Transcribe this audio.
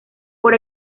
por